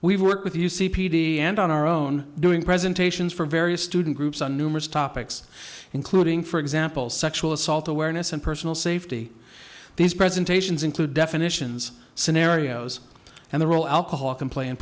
we've worked with you c p d and on our own doing presentations for various student groups on numerous topics including for example sexual assault awareness and personal safety these presentations include definitions scenarios and the role alcohol can play